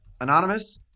anonymous